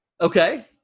Okay